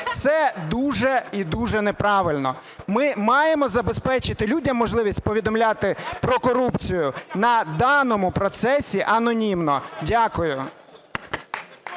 це дуже і дуже неправильно. Ми маємо забезпечити людям можливість повідомляти про корупцію на даному процесі анонімно. Дякую.